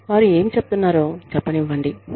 వారు ఏమి చెప్తున్నారో చెప్పనివ్వండి